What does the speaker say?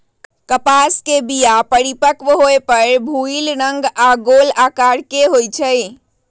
कपास के बीया परिपक्व होय पर भूइल रंग आऽ गोल अकार के होइ छइ